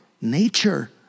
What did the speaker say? nature